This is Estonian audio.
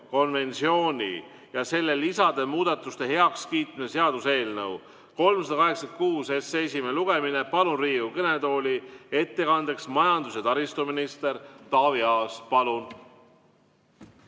konventsiooni ja selle lisade muudatuste heakskiitmise seaduse eelnõu 386 esimene lugemine. Palun Riigikogu kõnetooli ettekandeks majandus- ja taristuminister Taavi Aasa.